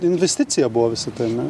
investicija buvo visa tai ane